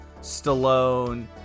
Stallone